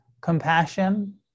compassion